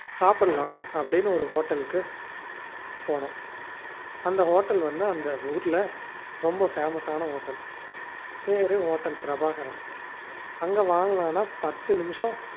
சாப்பிட்லாம் அப்படின்னு ஒரு ஹோட்டலுக்கு போனோம் அந்த ஹோட்டல் வந்து அந்த ஊரில் ரொம்ப ஃபேமஸான ஹோட்டல் பேர் ஹோட்டல் பிரபாஹரன் அங்கே வாங்கலாம்னா பத்து நிமிஷம்